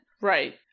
Right